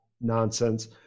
nonsense